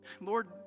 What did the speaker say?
Lord